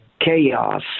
chaos